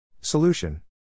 Solution